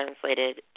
translated